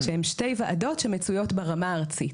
שהן שתי ועדות שמצויות ברמה הארצית.